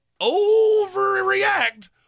overreact